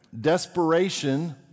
Desperation